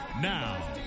Now